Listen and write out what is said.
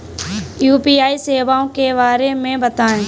UPI सेवाओं के बारे में बताएँ?